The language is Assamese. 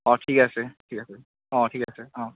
অ ঠিক আছে ঠিক আছে অ ঠিক আছে অ